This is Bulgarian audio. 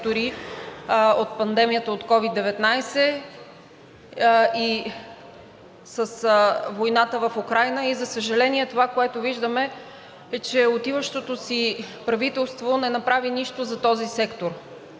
от пандемията от COVID-19 и от войната в Украйна. За съжаление, това, което виждаме, е, че отиващото си правителство не направи нищо за този сектор.